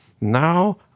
now